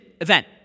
event